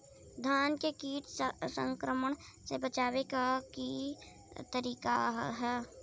धान के कीट संक्रमण से बचावे क का तरीका ह?